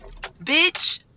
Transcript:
Bitch